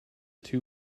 too